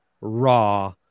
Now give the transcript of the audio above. raw